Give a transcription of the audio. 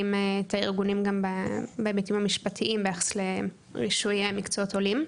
מלווים את הארגונים גם בהיבטים המשפטיים ביחס לרישויי מקצועות עולים.